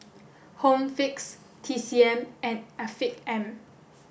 home Fix T C M and Afiq M